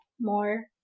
more